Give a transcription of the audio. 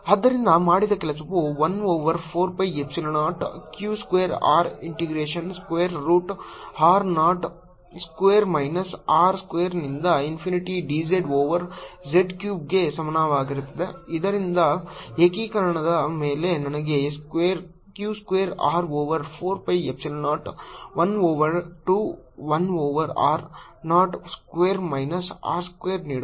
F14π0qR qr2r r2 R2214π0q2Rrr2 R22 0F drq2R4π0r0rdrr2 R22 Let r2 R2z2zdzrdr Wq2R4π0r02 R2zdzz4 ಆದ್ದರಿಂದ ಮಾಡಿದ ಕೆಲಸವು 1 over 4 pi epsilon 0 Q square r integration square root r nought square minus r square ನಿಂದ infinity d z over z ಕ್ಯೂಬ್ಗೆ ಸಮನಾಗಿರುತ್ತದೆ ಇದು ಏಕೀಕರಣದ ಮೇಲೆ ನನಗೆ Q square r over 4 pi ಎಪ್ಸಿಲಾನ್ 0 1 over 2 1 over r nought square minus r square ನೀಡುತ್ತದೆ